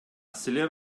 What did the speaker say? силер